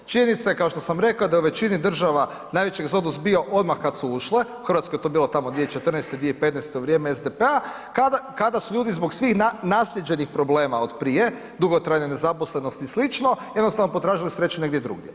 Činjenica je kao što sam rekao da je u većini država najveći egzodus bio odmah kad su ušle, u Hrvatskoj je to bilo tamo 2014., 2015. u vrijeme SDP-a kada su ljudi zbog svih naslijeđenih problema od prije dugotrajne nezaposlenosti i slično jednostavno potražili sreću negdje drugdje.